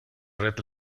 red